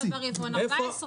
בפועל זה רק מ-80.